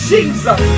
Jesus